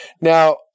Now